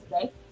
today